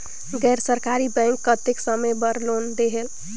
गैर सरकारी बैंक कतेक समय बर लोन देहेल?